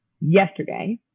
Yesterday